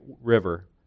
river